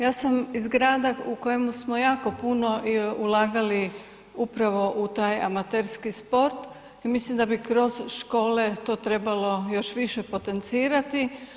Ja sam iz grada u kojemu smo jako puno ulagali upravo u taj amaterski sport i mislim da bi kroz škole to trebalo još više potencirati.